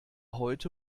heute